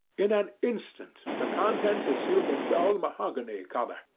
in an instant the contents assumed a dull mahogany colour,